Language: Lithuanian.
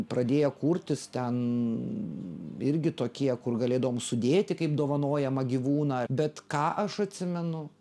pradėję kurtis ten irgi tokie kur galėdavom sudėti kaip dovanojamą gyvūną bet ką aš atsimenu